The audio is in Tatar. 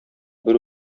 бер